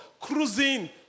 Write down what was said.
cruising